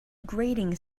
grating